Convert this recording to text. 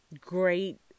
great